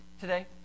today